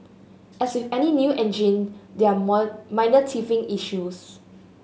as with any new engine there are minor teething issues